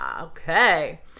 Okay